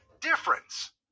difference